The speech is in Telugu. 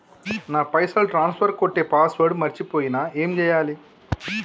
నా పైసల్ ట్రాన్స్ఫర్ కొట్టే పాస్వర్డ్ మర్చిపోయిన ఏం చేయాలి?